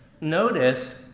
notice